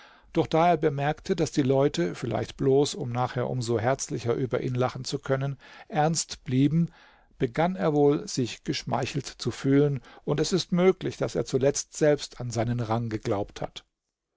doch da er bemerkte daß die leute vielleicht bloß um nachher um so herzlicher über ihn lachen zu können ernst blieben begann er wohl sich geschmeichelt zu fühlen und es ist möglich daß er zuletzt selbst an seinen rang geglaubt hat